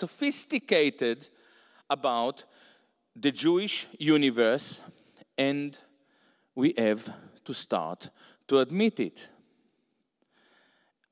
sophisticated about the jewish universe and we have to start to admit it